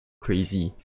crazy